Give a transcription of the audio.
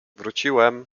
wróciłem